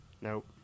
Nope